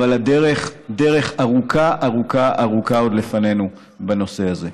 אבל דרך ארוכה ארוכה עוד לפנינו בנושא הזה.